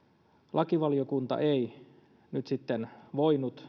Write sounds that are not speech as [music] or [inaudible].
lakivaliokunta ei nyt sitten voinut [unintelligible]